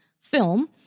film